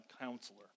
counselor